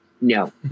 No